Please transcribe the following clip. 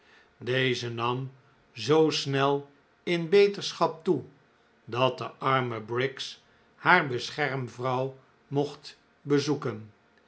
deze nam zoo snel in beterschap toe dat de arme briggs haar beschermvrouw mocht bezoeken